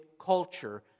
culture